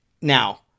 Now